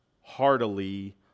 heartily